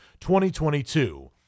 2022